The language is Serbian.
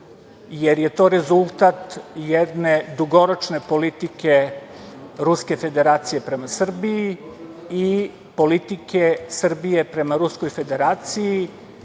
jer je to rezultat jedne dugoročne politike Ruske Federacije prema Srbiji i politike Srbije prema Ruskoj Federaciji,